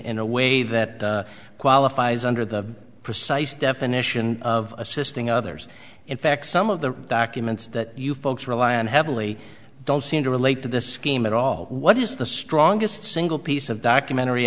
in a way that qualifies under the precise definition of assisting others in fact some of the documents that you folks rely on heavily don't seem to relate to the scheme at all what is the strongest single piece of documentary